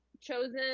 chosen